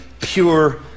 pure